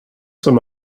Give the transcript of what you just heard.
som